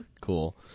Cool